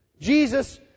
Jesus